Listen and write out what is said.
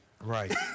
Right